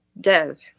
Dev